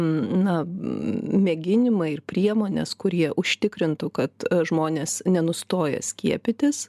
na mėginimai ir priemonės kurie užtikrintų kad žmonės nenustoja skiepytis